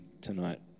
tonight